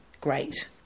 great